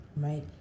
Right